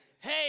Hey